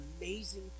amazing